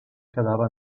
quedava